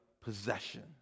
possession